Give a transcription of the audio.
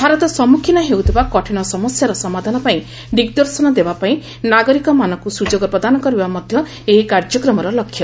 ଭାରତ ସମ୍ପଖୀନ ହେଉଥିବା କଠିନସମସ୍ୟାର ସମାଧାନପାଇଁ ଦିଗ୍ଦର୍ଶନ ଦେବାପାଇଁ ନାଗରିକମାନଙ୍କୁ ସୁଯୋଗ ପ୍ରଦାନ କରିବା ମଧ୍ୟ ଏହି କାର୍ଯ୍ୟକ୍ରମର ଲକ୍ଷ୍ୟ